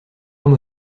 arme